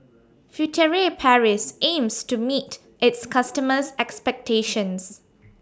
Furtere Paris aims to meet its customers' expectations